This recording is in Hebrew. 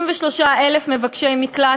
53,000 מבקשי מקלט,